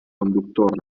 conductors